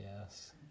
Yes